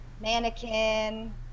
mannequin